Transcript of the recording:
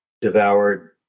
devoured